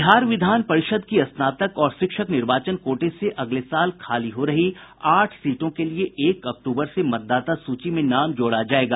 बिहार विधान परिषद की स्नातक और शिक्षक निर्वाचन कोटे से अगले साल खाली हो रही आठ सीटों के लिए एक अक्टूबर से मतदाता सूची में नाम जोड़ा जायेगा